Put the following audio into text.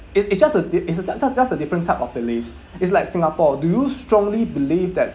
it's it's just a it's a just a just a different type of beliefs it's like singapore do you strongly believe that